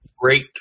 great